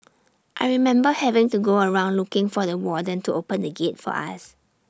I remember having to go around looking for the warden to open the gate for us